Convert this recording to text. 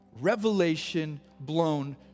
Revelation-blown